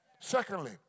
Secondly